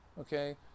Okay